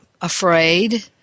afraid